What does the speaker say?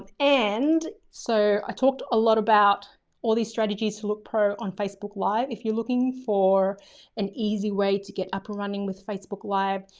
and and so i talked a lot about all these strategies to look pro on facebook live. if you're looking for an easy way to get up and running with facebook live.